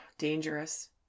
dangerous